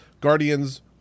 Guardians